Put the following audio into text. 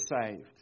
saved